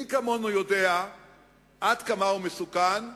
מי כמונו יודע עד כמה הוא מסוכן,